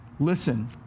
Listen